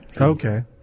Okay